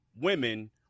women